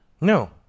No